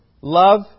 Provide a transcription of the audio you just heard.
Love